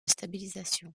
stabilisation